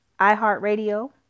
iHeartRadio